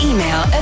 Email